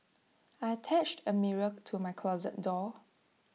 I attached A mirror to my closet door